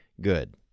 Good